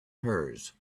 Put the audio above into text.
hers